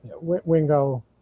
wingo